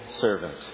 servant